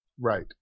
Right